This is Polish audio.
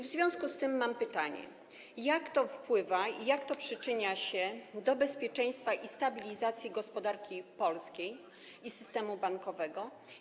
W związku z tym mam pytania: Jak to wpływa, jak to przyczynia się do bezpieczeństwa i stabilizacji gospodarki polskiej i systemu bankowego?